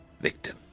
victim